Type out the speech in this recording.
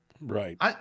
Right